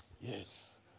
Yes